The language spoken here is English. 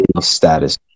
status